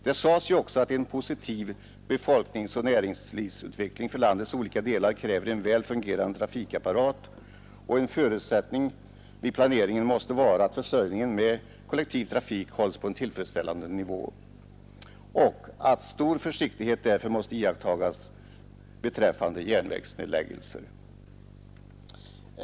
Det sades ju också att en positiv befolkningsoch näringslivsutveckling för landets olika delar kräver en väl fungerande trafikapparat, och en förutsättning vid planeringen måste vara att försörjningen med kollektiv trafik hålls på en tillfredsställande nivå och att stor försiktighet därför måste iakttagas beträffande järnvägsnedläggelser.